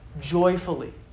joyfully